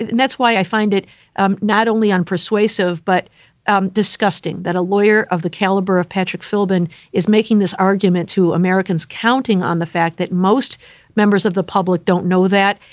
and that's why i find it um not only unpersuasive, but um disgusting that a lawyer of the caliber of patrick philbin is making this argument to americans, counting on the fact that most members of the public don't know that.